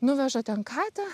nuveža ten katę